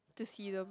to see them